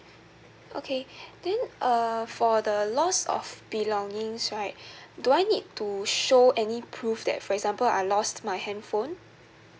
okay then err for the loss of belongings right do I need to show any proof that for example I lost my handphone